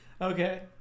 Okay